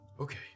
Okay